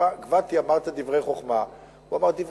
אמרה: גבתי,